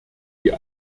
die